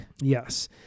Yes